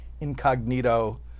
incognito